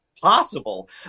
possible